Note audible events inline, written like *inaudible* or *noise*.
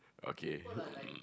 okay *noise*